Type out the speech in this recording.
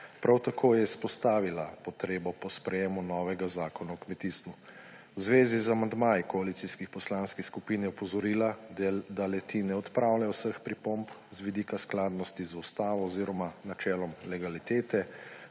Prav tako je izpostavila potrebo po sprejetju novega Zakona o kmetijstvu. V zvezi z amandmaji koalicijskih poslanskih skupin je opozorila, da le-ti ne odpravljajo vseh pripomb z vidika skladnosti z ustavo oziroma načelom legalitete,